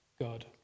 God